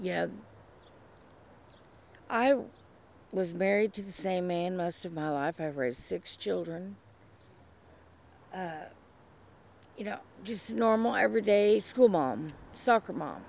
yeah i was married to the same man most of my life over his six children you know just normal everyday school mom soccer mom